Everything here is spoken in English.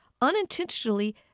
Unintentionally